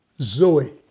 Zoe